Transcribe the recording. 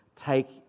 take